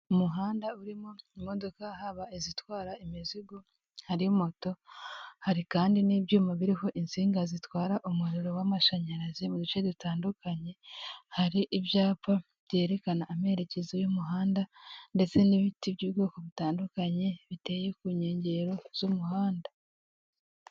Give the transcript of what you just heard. Umuhanda urimo imodoka haba izitwara imizigo hari moto, hari kandi n'ibyuma biriho insinga zitwara umuriro w'amashanyarazi mu duce dutandukanye, hari ibyapa byerekana amerekezo y'umuhanda ndetse n'ibiti by'ubwoko butandukanye biteye ku nkengero z'umuhanda.